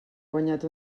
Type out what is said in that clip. guanyat